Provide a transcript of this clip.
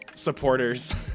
Supporters